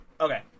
Okay